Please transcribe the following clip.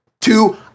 two